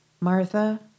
Martha